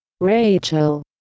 rachel